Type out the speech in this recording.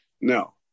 No